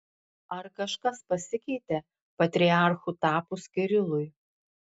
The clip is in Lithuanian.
ar kažkas pasikeitė patriarchu tapus kirilui